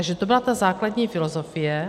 Takže to byla ta základní filozofie.